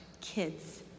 kids